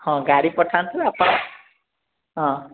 ହଁ ଗାଡ଼ି ପଠାନ୍ତୁ ଆପଣ ହଁ